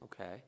Okay